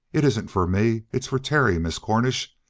it isn't for me. it's for terry, miss cornish.